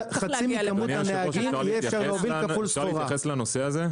הנהגים אפשר יהיה להוביל כפול סחורה.